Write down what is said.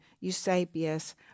Eusebius